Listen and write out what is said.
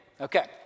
Okay